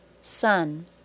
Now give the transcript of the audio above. sun